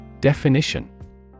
Definition